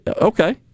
Okay